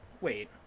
Wait